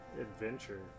adventure